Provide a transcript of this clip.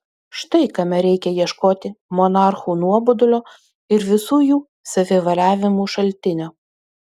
štai kame reikia ieškoti monarchų nuobodulio ir visų jų savivaliavimų šaltinio